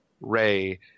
ray